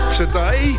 today